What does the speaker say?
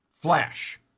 flash